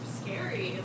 scary